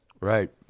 right